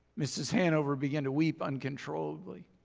mrs. hanover began to weep uncontrollably.